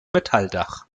metalldach